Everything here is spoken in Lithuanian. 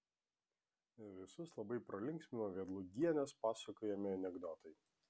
visus labai pralinksmino vedlugienės pasakojami anekdotai